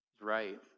Right